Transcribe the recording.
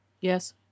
Yes